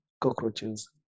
Cockroaches